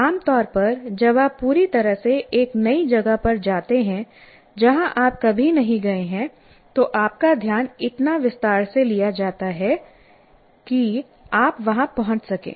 आम तौर पर जब आप पूरी तरह से एक नई जगह पर जाते हैं जहां आप कभी नहीं गए हैं तो आपका ध्यान इतना विस्तार से लिया जाता है कि आप वहां पहुंच सकें